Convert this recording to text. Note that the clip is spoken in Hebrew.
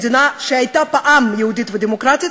מדינה שהייתה פעם יהודית ודמוקרטית,